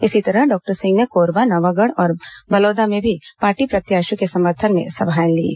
इसी तरह डॉक्टर सिंह ने कोरबा नवागढ़ और बलौदा में भी पार्टी प्रत्याशियों के समर्थन में सभाएं लीं